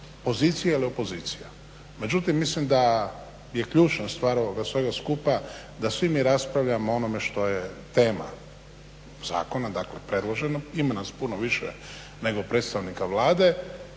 pozicija ili opozicija. Međutim, mislim da je ključna stvar ovoga svega skupa da svi mi raspravljamo o onome što je tema zakona, dakle predloženom, ima nas puno više nego predstavnika Vlade